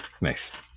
nice